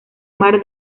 mar